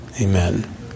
Amen